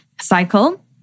cycle